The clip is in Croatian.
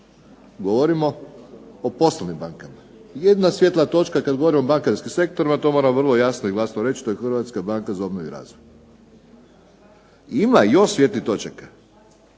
Govorimo o poslovnim bankama. Jedina svjetla točka kad govorimo o bankarskim sektorima to moram vrlo jasno i glasno reći to je Hrvatska banka za obnovu i razvoj. Ima još svijetlih točaka,